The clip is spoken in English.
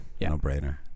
No-brainer